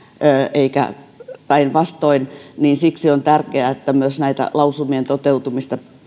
eikä päinvastoin ja siksi on tärkeää että myös lausumien toteutumista